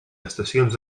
estacions